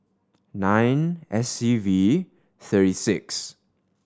nine S E V three six